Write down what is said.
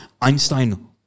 Einstein